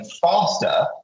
faster